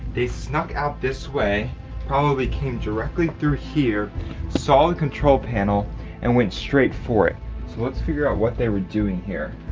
they snuck out this way probably came directly through here saw the control panel and went straight for it. so let's figure out what they were doing here.